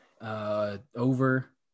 over